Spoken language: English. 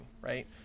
right